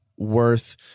worth